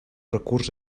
recurs